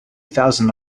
thousand